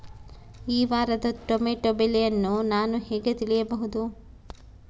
ಈ ವಾರದ ಟೊಮೆಟೊ ಬೆಲೆಯನ್ನು ನಾನು ಹೇಗೆ ತಿಳಿಯಬಹುದು?